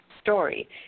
story